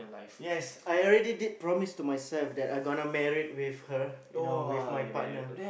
yes I already did promise to myself that I gonna married with her you know with my partner